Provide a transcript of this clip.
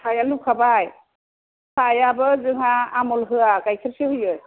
साहाया लुखाबाय साहायाबो जोंहा आमुल होआ गाइखेरसो होयो